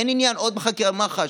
אין עניין בעוד חקירה במח"ש.